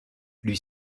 lui